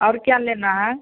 और क्या लेना है